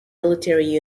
military